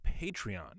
Patreon